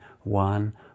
one